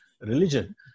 religion